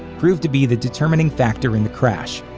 proved to be the determining factor in the crash.